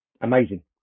amazing